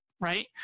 right